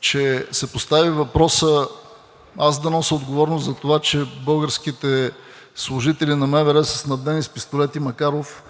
че се постави въпроса аз да нося отговорност, за това че българските служители на МВР са снабдени с пистолети „Макаров“,